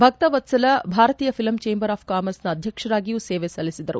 ಭಕ್ತವತ್ತಲ ಭಾರತೀಯ film chamber of ಕಾಮರ್ಸ್ನ ಅಧ್ಯಕ್ಷರಾಗಿಯೂ ಸೇವೆ ಸಲ್ಲಿಸಿದ್ದರು